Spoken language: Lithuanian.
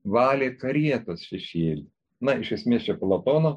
valė karietos šešėlį na iš esmės čia platono